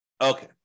Okay